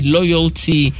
Loyalty